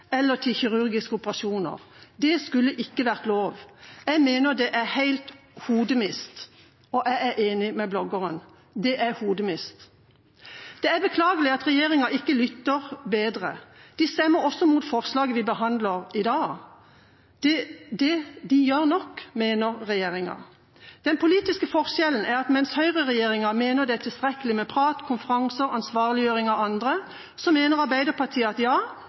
eller til kirurgiske operasjoner. Det skulle ikke vært lov. Jeg mener det er helt «hodemist».» Jeg er enig med bloggeren: Det er «hodemist». Det er beklagelig at regjeringa ikke lytter bedre – regjeringspartiene stemmer også imot forslaget vi behandler i dag – den gjør nok, mener regjeringa. Den politiske forskjellen er at mens høyreregjeringa mener det er tilstrekkelig med prat, konferanser og ansvarliggjøring av andre, mener Arbeiderpartiet at ja,